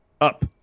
up